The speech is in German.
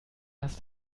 hast